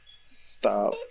Stop